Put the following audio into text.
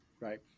right